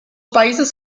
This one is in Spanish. países